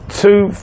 two